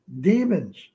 demons